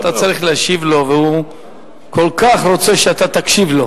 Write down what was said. אתה צריך להשיב לו והוא כל כך רוצה שאתה תקשיב לו.